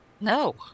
No